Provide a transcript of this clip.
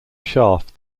shaft